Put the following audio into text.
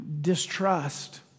distrust